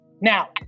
Now